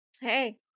Hey